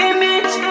Image